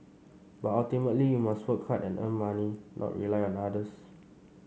but ultimately you must work hard and earn money not rely on others